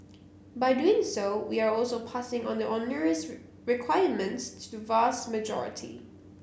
by doing so we are also passing on the onerous requirements to the vast majority